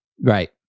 Right